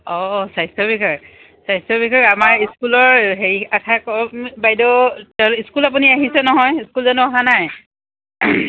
অঁ স্বাস্থ্য বিষয়ে স্বাস্থ্য বিষয়ে আমাৰ স্কুলৰ হেৰি আশাকৰ্মী বাইদেউ স্কুল আপুনি আহিছে নহয় স্কুল জনো অহা নাই